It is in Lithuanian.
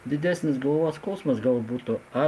didesnis galvos skausmas gal būtų ar